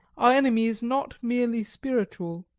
our enemy is not merely spiritual.